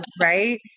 right